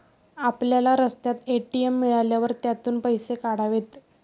आपल्याला रस्त्यात ए.टी.एम मिळाल्यावर त्यातून पैसे काढावेत